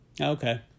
Okay